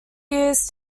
years